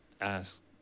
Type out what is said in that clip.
ask